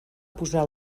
posar